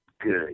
good